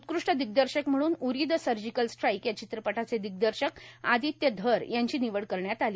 उत्कृष्ट दिग्दर्शक म्हणूल उरी द सर्जिकल स्ट्राईक या चित्रपटाचे दिग्दर्शक आदित्य धर यांची निवड करण्यात आली